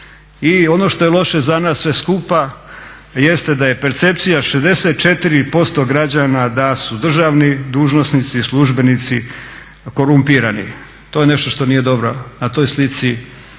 i ono što je loše za nas sve skupa jeste da je percepcija 64% građana da su državni dužnosnici i službenici korumpirani. To je nešto što nije dobro. Na toj slici